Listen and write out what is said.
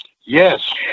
Yes